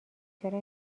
چرا